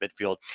midfield